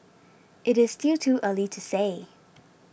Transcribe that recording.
it is still too early to say